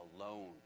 alone